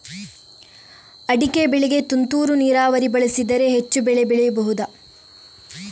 ಅಡಿಕೆ ಬೆಳೆಗೆ ತುಂತುರು ನೀರಾವರಿ ಬಳಸಿದರೆ ಹೆಚ್ಚು ಬೆಳೆ ಬೆಳೆಯಬಹುದಾ?